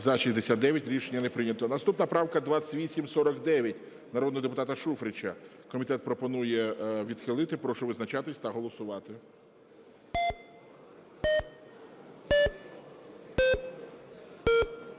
За-69 Рішення не прийнято. Наступна правка – 2849, народного депутата Шуфрича. Комітет пропонує відхилити. Прошу визначатись та голосувати.